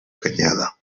canyada